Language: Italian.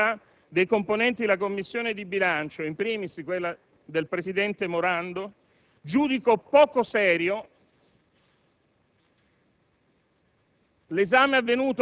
pur apprezzando competenza e capacità dei componenti la Commissione bilancio - *in primis* del presidente Morando - giudico poco serio